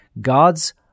God's